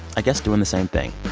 i guess doing the same thing